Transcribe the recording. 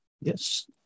Yes